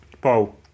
Paul